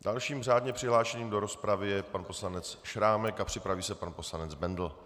Dalším řádně přihlášeným do rozpravy je pan poslanec Šrámek a připraví se pan poslanec Bendl.